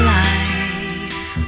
life